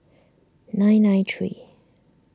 nine nine three